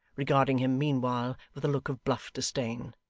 regarding him meanwhile with a look of bluff disdain.